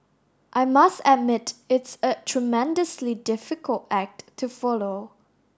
I must admit it's a tremendously difficult act to follow